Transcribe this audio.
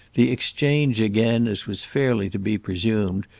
the exchange again, as was fairly to be presumed,